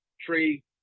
tree